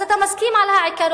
אז אתה מסכים על העיקרון,